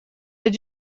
did